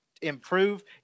Improve